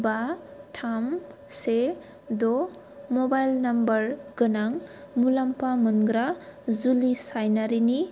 बा थाम से द' मबाइल नाम्बर गोनां मुलाम्फा मोनग्रा जुलि सायनारिनि